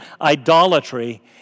idolatry